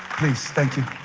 please thank you,